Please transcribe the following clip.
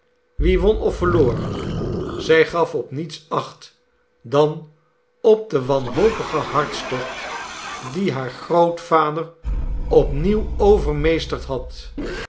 wie won of verloor zij gaf op niets acht dan op den wanhopigen hartstocht die haar grootvader opnieuw overraeesterd had